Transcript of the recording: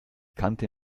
kannte